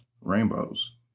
Rainbows